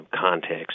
context